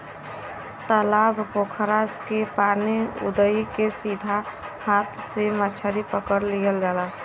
तालाब पोखरा के पानी उदही के सीधा हाथ से मछरी पकड़ लिहल जाला